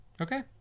Okay